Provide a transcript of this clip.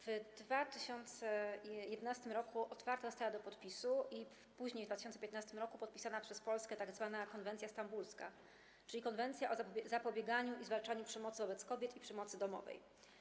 W 2011 r. otwarta została do podpisu, a w 2015 r. podpisana przez Polskę tzw. konwencja stambulska, czyli konwencja o zapobieganiu i zwalczaniu przemocy wobec kobiet i przemocy domowej.